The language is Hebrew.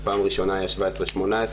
פעם ראשונה היה 17'-18',